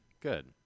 good